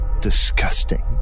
disgusting